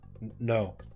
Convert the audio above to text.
No